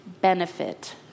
benefit